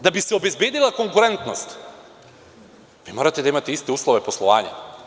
Da bi se obezbedila konkurentnost morate da imate iste uslove poslovanja.